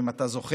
אם אתה זוכר,